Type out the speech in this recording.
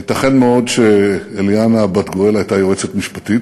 ייתכן מאוד שעליהנה בת גאל הייתה יועצת משפטית,